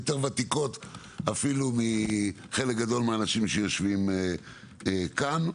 ותיקות אפילו מחלק גדול מהאנשים שיושבים כאן.